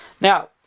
Now